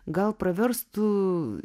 gal praverstų